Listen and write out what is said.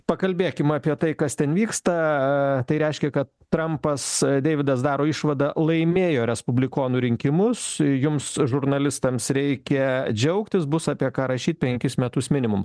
pakalbėkim apie tai kas ten vyksta tai reiškia kad trampas deividas daro išvadą laimėjo respublikonų rinkimus jums žurnalistams reikia džiaugtis bus apie ką rašyt penkis metus minimum